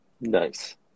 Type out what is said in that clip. Nice